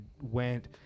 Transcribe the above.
went